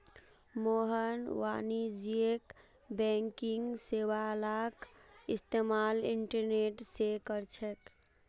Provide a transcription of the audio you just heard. मोहन वाणिज्यिक बैंकिंग सेवालाक इस्तेमाल इंटरनेट से करछे